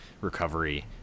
recovery